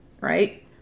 right